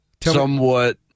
somewhat